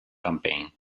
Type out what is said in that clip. campaign